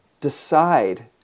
decide